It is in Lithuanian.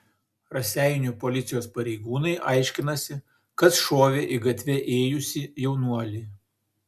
raseinių policijos pareigūnai aiškinasi kas šovė į gatve ėjusį jaunuolį